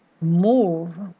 move